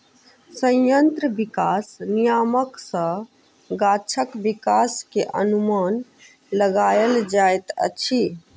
संयंत्र विकास नियामक सॅ गाछक विकास के अनुमान लगायल जाइत अछि